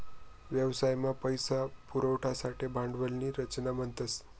व्यवसाय मा पैसा पुरवासाठे भांडवल नी रचना म्हणतस